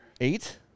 Eight